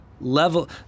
level